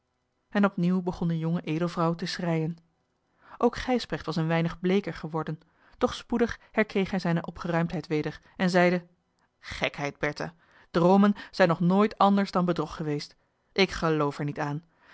en opnieuw begon de jonge edelvrouw te schreien ook gijsbrecht was een weinig bleeker geworden doch spoedig herkreeg hij zijne opgeruimdheid weder en zeide gekheid bertha droomen zijn nog nooit anders dan bedrog geweest ik geloof er niet aan